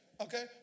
Okay